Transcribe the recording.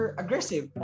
aggressive